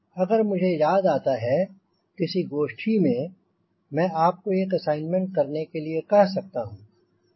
अगर मुझे याद आता है किसी गोष्ठी में मैं आपको एक असाइनमेंट करने के लिए कह सकता हूंँ